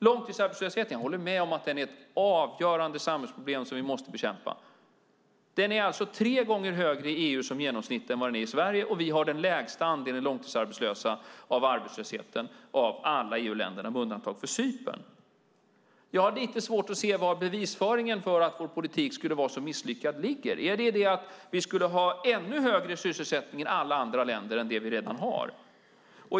Långtidsarbetslösheten håller jag med om är ett avgörande samhällsproblem som vi måste bekämpa. Men den är tre gånger högre i EU som genomsnitt än vad den är i Sverige, och vi har den lägsta andelen långtidsarbetslösa, av dem som är arbetslösa, bland alla EU-länder med undantag för Cypern. Jag har lite svårt att se var bevisföringen för att vår politik skulle vara så misslyckad ligger. Är det i detta att vi skulle ha ännu högre sysselsättning än alla andra länder än den vi redan har?